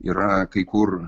yra kai kur